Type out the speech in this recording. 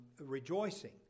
rejoicing